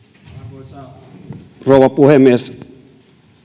arvoisa rouva puhemies